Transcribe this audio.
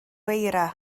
eira